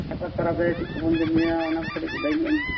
ᱥᱟᱠᱨᱟᱛ ᱯᱟᱨᱟᱵᱽᱨᱮ ᱪᱮᱫᱠᱚᱵᱚᱱ ᱡᱚᱢᱼᱧᱩᱭᱟ ᱚᱱᱟᱠᱚ ᱠᱟᱹᱴᱤᱡ ᱞᱟᱹᱭᱧᱚᱜ ᱟᱞᱤᱧᱵᱤᱱ